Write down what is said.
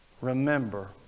remember